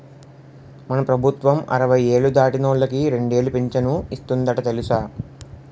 మన ప్రభుత్వం అరవై ఏళ్ళు దాటినోళ్ళకి రెండేలు పింఛను ఇస్తందట తెలుసా